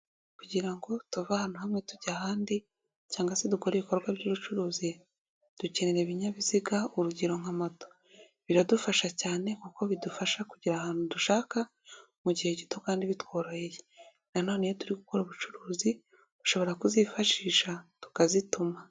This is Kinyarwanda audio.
Kugira ngo tuve ahantu hamwe tujya ahandi cyangwag se dukora ibikorwa by'ubucuruzi, dukenera ibinyabiziga urugero nka moto, biradufasha cyane kuko bidufasha kugera ahantu dushaka mu gihe gito kandi bitworoheye, nanone iyo turi gukora ubucuruzi, ushobora kuzifashisha tukazituma.